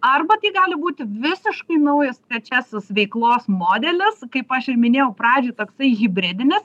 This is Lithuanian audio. arba tai gali būti visiškai naujas trečiasis veiklos modelis kaip aš ir minėjau pradžioj toksai hibridinis